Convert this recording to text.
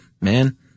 man